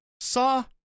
saw